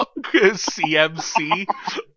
CMC